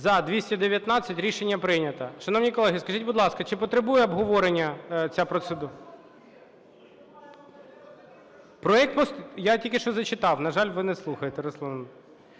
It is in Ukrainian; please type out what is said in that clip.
За-219 Рішення прийнято. Шановні колеги, скажіть, будь ласка, чи потребує обговорення ця процедура? Проект постанови… я тільки що зачитав, на жаль, ви не слухаєте, Руслан.